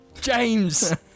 James